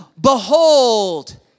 Behold